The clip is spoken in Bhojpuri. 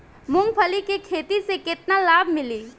मूँगफली के खेती से केतना लाभ मिली?